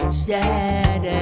sad